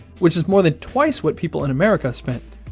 which is more than twice what people in america spent.